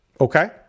Okay